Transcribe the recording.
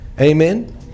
Amen